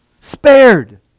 Spared